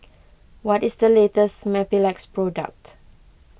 what is the latest Mepilex product